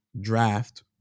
Draft